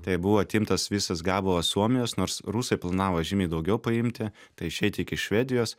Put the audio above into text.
tai buvo atimtas visas gabalas suomijos nors rusai planavo žymiai daugiau paimti tai išeiti iki švedijos